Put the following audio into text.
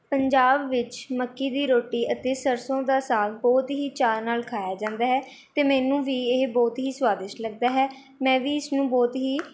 ਪੰਜਾਬ ਵਿੱਚ ਮੱਕੀ ਦੀ ਰੋਟੀ ਅਤੇ ਸਰਸੋਂ ਦਾ ਸਾਗ ਬਹੁਤ ਹੀ ਚਾਅ ਨਾਲ ਖਾਇਆ ਜਾਂਦਾ ਹੈ ਅਤੇ ਮੈਨੂੰ ਵੀ ਇਹ ਬਹੁਤ ਹੀ ਸਵਾਦਿਸ਼ਟ ਲੱਗਦਾ ਹੈ ਮੈਂ ਵੀ ਇਸ ਨੂੰ ਬਹੁਤ ਹੀ